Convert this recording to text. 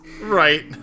Right